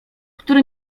który